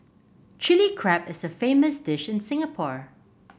Chilli Crab is a famous dish in Singapore